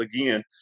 again